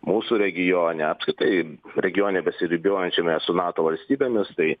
mūsų regione apskritai regione besiribiuojančiame su nato valstybėmis tai